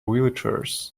wheelchairs